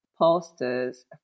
posters